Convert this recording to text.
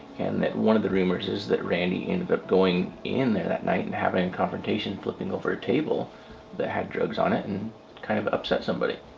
and that one of the rumors is that randy ended up going in there that night and having a confrontation, flipping over a table that had drugs on it and kind of upset somebody.